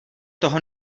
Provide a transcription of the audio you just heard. toho